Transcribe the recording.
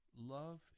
love